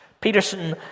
Peterson